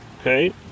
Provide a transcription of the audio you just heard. Okay